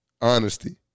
honesty